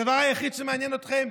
הדבר היחיד שמעניין אתכם,